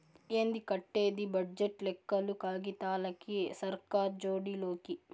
ఏంది కట్టేది బడ్జెట్ లెక్కలు కాగితాలకి, సర్కార్ జోడి లోకి